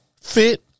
fit